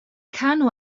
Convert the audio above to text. kanu